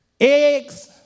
eggs